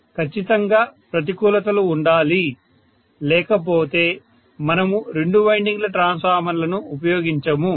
ఖచ్చితంగా ప్రతికూలతలు ఉండాలి లేకపోతే మనము రెండు వైండింగ్ ల ట్రాన్స్ఫార్మర్లను ఉపయోగించము